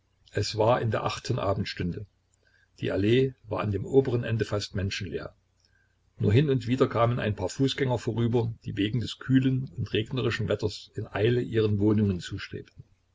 es war in der achten abendstunde die allee war an dem oberen ende fast menschenleer nur hin und wieder kamen ein paar fußgänger vorüber die wegen des kühlen und regnerischen wetters in eile ihren wohnungen zustrebten